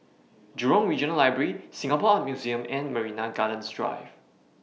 Jurong Regional Library Singapore Art Museum and Marina Gardens Drive